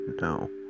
No